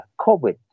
COVID